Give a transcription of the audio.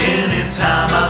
anytime